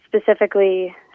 specifically –